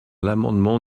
l’amendement